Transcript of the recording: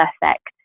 perfect